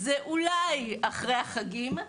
זה אולי אחרי החגים,